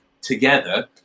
together